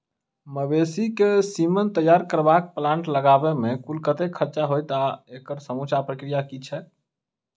मवेसी केँ सीमन तैयार करबाक प्लांट लगाबै मे कुल कतेक खर्चा हएत आ एकड़ समूचा प्रक्रिया की छैक?